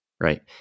right